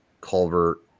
Culvert